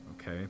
okay